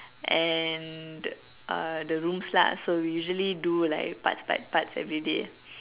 and uh the rooms lah so we usually do like parts by parts everyday